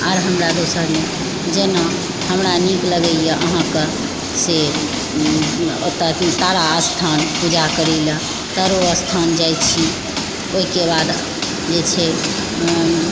आर हमरा दोसर नहि जेना हमरा नीक लगैया अहाँके से ओतऽ तारास्थान पूजा करय लए तारोस्थान जाइ छी ओहिके बाद जे छै